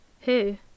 Who